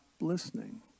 listening